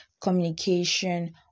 communication